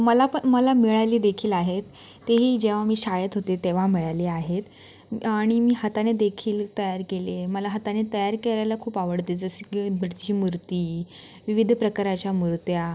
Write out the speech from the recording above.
मला पण मला मिळाली देखील आहेत तेही जेव्हा मी शाळेत होते तेव्हा मिळाले आहेत आणि मी हाताने देखील तयार केले मला हाताने तयार करायला खूप आवडते जसं की भटची मूर्ती विविध प्रकाराच्या मूर्त्या